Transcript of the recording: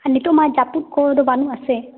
ᱟᱨ ᱱᱤᱛᱳᱜ ᱢᱟ ᱡᱟᱹᱯᱩᱫ ᱠᱚᱫᱚ ᱵᱟᱹᱱᱩᱜᱼᱟ ᱥᱮ